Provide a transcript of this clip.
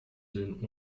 den